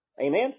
Amen